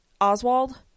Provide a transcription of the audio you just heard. Oswald